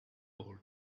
old